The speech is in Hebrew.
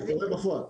זה קורה בפועל.